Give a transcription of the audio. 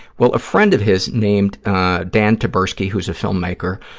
well, a friend of his, named dan taberski, who's a filmmaker,